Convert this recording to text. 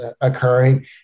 occurring